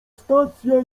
stacja